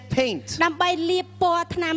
paint